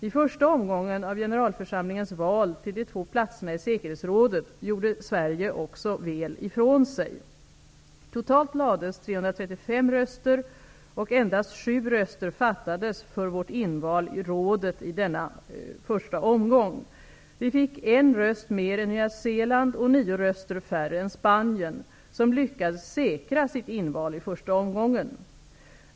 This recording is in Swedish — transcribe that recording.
I första omgången av generalförsamlingens val till de två platserna i säkerhetsrådet gjorde Sverige också väl ifrån sig. Totalt lades 335 röster, och endast sju röster fattades för vårt inval i rådet i denna första omgång. Vi fick en röst mer än Nya Zeeland och nio röster färre än Spanien, som lyckades säkra sitt inval i första omgången.